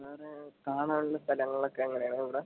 എന്താ പറയുക കാണാനുള്ള സ്ഥലങ്ങളൊക്കെ എങ്ങനെ ആണ് അവിടെ